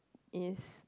is